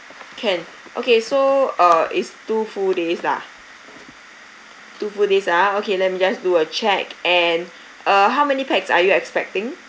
can okay so uh it's two full days lah two full days ah okay let me just do a check and uh how many pax are you expecting